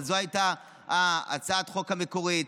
אבל זו הייתה הצעת החוק המקורית.